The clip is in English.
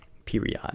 period